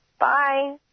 Bye